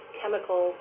chemical